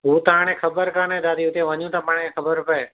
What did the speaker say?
हू त हाणे ख़बरु कान्हे दादी हुते वञूं त पाण खे ख़बरु पए